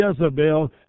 Jezebel